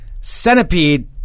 centipede